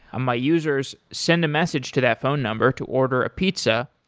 my users send a message to that phone number to order a pizza,